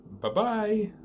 Bye-bye